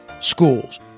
schools